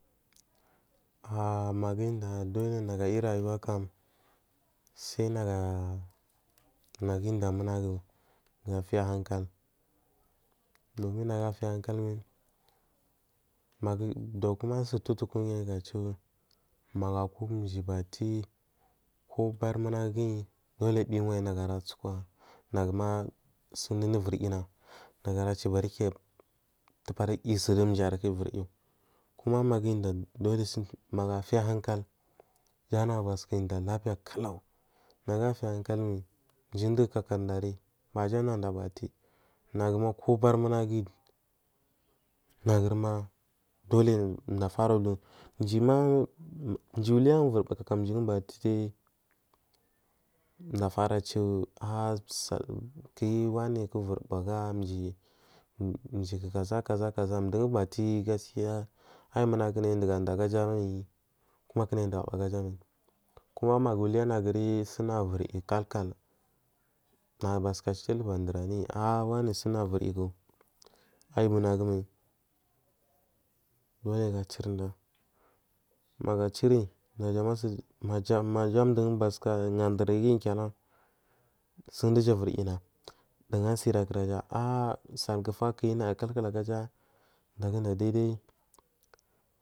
Ah magu inda dugu nagu ayurayuwa kam sai naga nagu inda munagu gafiya hankal dumi nagafiya hankal mae magu duk sututuku ayuga chu magu aku mji bati ko bari munaguyi doli biwayi nagura tsakuwa naguma sunduda nvi yina nagura chuburi tupari yusuri mjiyarku iviri yu kuma magu inda doli magufiya hankal jan nagu basuka inda lapiya kalau nagu afiya hankal mai naguna kobari munaguyi naguma doli mdu afara lun mjina mjiuding uvur bu kakamju bate dai mdufaradhu upsa kuji wani ku nuri bu agawani mjiku kaʒa kaʒa mamdugu bate gaskiya aiyi munagu kunayi indaga bugarimal kuma kunayi indaga bu agajamai kuma magu uhiyana nagari sun nagu ivuri yi kalkal nagu basuka chu ndur anuya ahwani sun dugu ivuri yiku aiyi munagu mai doti gachirda magu achiyi naja suni maja mdu basuka gadurguyi kina sun duja ivuri yina dunga asirakuraja ah salkufa kuji naya kalkalgaja ndaguda daidai.